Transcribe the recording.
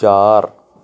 ਚਾਰ